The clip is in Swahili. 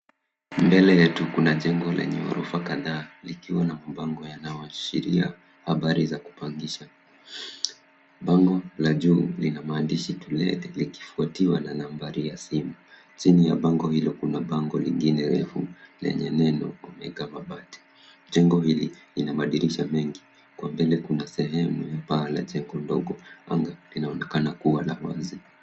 Mbele yetu kuna jengo lenye ghorofa kadhaa likiwa na mabango yanayoashiria habari za kupangisha. Bango la juu lina maandishi To Let likifuatiwa na nambari ya simu. Chini ya bango hilo kuna bango lingine refu lenye neno Mega Mabati. Jengo hili lina madirisha mengi kwa mbele kuna sehemu ya paa la jengo ndogo ambalo linaonekana kuwa wazi.